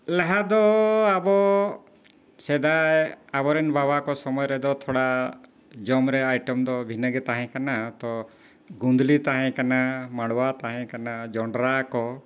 ᱞᱟᱦᱟ ᱫᱚ ᱟᱵᱚ ᱥᱮᱫᱟᱭ ᱟᱵᱚᱨᱮᱱ ᱵᱟᱵᱟ ᱠᱚ ᱥᱚᱢᱚᱭ ᱨᱮᱫᱚ ᱛᱷᱚᱲᱟ ᱡᱚᱢ ᱨᱮ ᱟᱭᱴᱮᱢ ᱫᱚ ᱵᱷᱤᱱᱟᱹᱜᱮ ᱛᱟᱦᱮᱸ ᱠᱟᱱᱟ ᱛᱚ ᱜᱩᱸᱫᱽᱞᱤ ᱛᱟᱦᱮᱸ ᱠᱟᱱᱟ ᱢᱟᱲᱣᱟ ᱛᱟᱦᱮᱸ ᱠᱟᱱᱟ ᱡᱚᱸᱰᱨᱟ ᱠᱚ